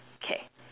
K